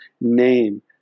name